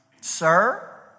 Sir